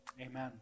Amen